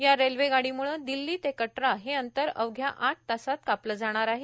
या रेल्वेगाडीमुळं दिल्ली ते कटरा हे अंतर अवघ्या आठ तासात कापलं जाणार आहे